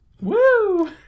Woo